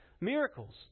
miracles